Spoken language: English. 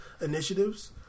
initiatives